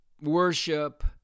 worship